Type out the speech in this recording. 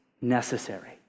necessary